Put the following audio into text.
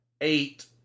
eight